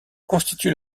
constitue